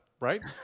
right